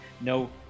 no